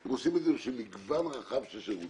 הם עושים את זה בשביל מגוון רחב של שירותים,